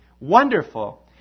wonderful